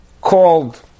called